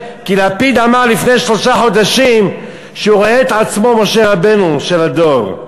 כי לפיד אמר לפני שלושה חודשים שהוא רואה את עצמו משה רבנו של הדור.